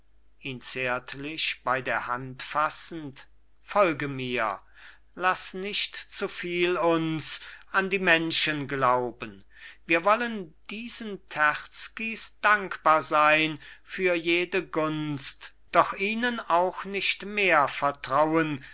ihn zärtlich bei der hand fassend folge mir laß nicht zu viel uns an die menschen glauben wir wollen diesen terzkys dankbar sein für jede gunst doch ihnen auch nicht mehr vertrauen